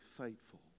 faithful